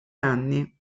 anni